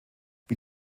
wie